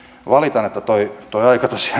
valitan että tuo aika tosiaan